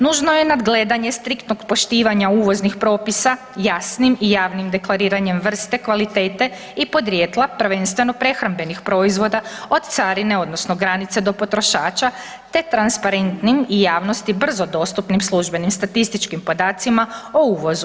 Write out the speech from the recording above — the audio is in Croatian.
Nužno je nadgledanje striktnog poštivanja uvoznih propisa jasnim i javnim deklariranjem vrste, kvalitete i podrijetla, prvenstveno prehrambenih proizvoda od carine, odnosno granice do potrošača te transparentnim i javnosti brzo dostupnim službenim statističkim podacima o uvozu.